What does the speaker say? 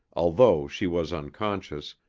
although she was unconscious,